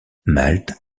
malte